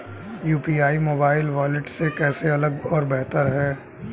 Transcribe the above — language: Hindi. यू.पी.आई मोबाइल वॉलेट से कैसे अलग और बेहतर है?